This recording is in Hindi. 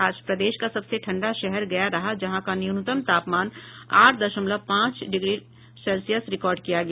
आज प्रदेश का सबसे ठंडा शहर गया रहा जहां का न्यूनतम तापमान आठ दशमलव पांच रिकार्ड किया गया